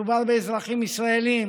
מדובר באזרחים ישראלים